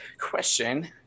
question